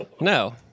no